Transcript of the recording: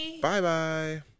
Bye-bye